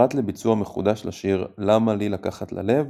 פרט לביצוע מחודש לשיר "למה לי לקחת ללב",